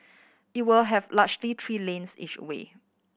it will have largely three lanes each way